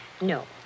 No